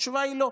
התשובה היא לא.